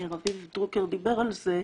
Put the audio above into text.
כשרביד דרוקר דיבר על זה,